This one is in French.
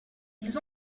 ils